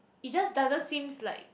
it just doesn't seems like